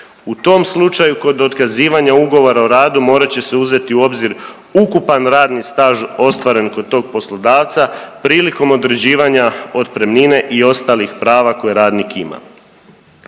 u tom slučaju kod otkazivanja ugovora o radu morat će se uzeti u obzir ukupan radni staž ostvaren kod tog poslodavca prilikom određivanja otpremnine i ostalih prava koje radnik ima.